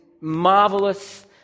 marvelous